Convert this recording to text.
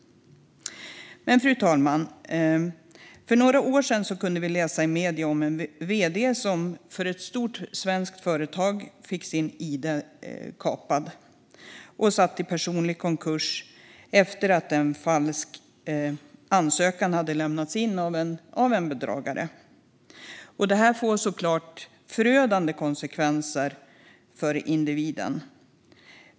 Fru talman! För några år sedan kunde vi i medierna läsa om hur en vd för ett stort svenskt företag fick sin identitet kapad och sattes i personlig konkurs efter att en falsk ansökan hade lämnats in av en bedragare. Sådant här får såklart förödande konsekvenser för individen.